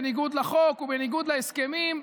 בניגוד לחוק ובניגוד להסכמים,